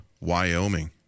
Wyoming